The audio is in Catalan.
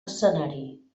escenari